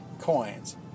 coins